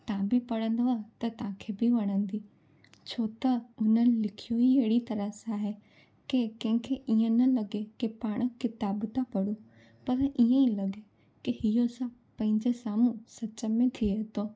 तव्हां बि पढ़ंदव त तव्हांखे बि वणंदी छो त हुननि लिखियो ई अहिड़ी तरह सां आहे की कंहिंखे ईअं न लॻे की पाण किताब था पढ़ूं पर ईअं ई लॻे की हीअ असां पंहिंजे साम्हूं सच में थिए थो